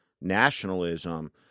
nationalism